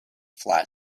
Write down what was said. fly